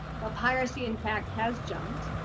but piracy in fact has jumped.